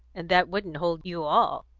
and that wouldn't hold you all.